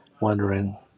wondering